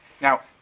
Now